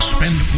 Spend